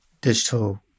digital